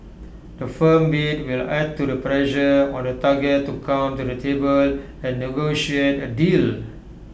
the firm bid will add to the pressure on the target to come to the table and negotiate A deal